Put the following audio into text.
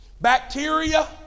Bacteria